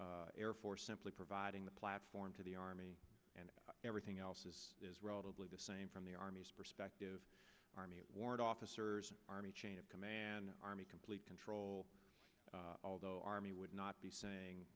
e air force simply providing the platform to the army and everything else is relatively the same from the army's perspective army warrant officers army chain of command army complete control although army would not be